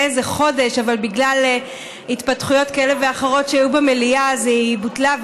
איזה חודש אבל בגלל התפתחויות כאלה ואחרות שהיו במליאה היא בוטלה,